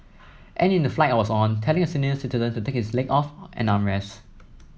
and in the flight I was on telling a senior citizen to take his leg off an armrest